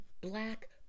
black